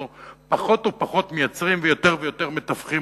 אנחנו פחות ופחות מייצרים ויותר ויותר מתווכים,